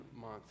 month